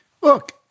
Look